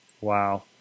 Wow